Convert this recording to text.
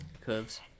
curves